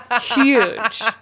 huge